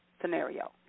scenario